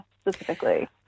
specifically